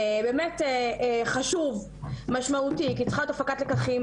באמת חשוב ומשמעותי, כי צריכה להיות הפקת לקחים